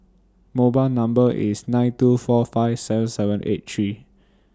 mobile Number IS nine two four five seven seven eight three